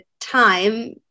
time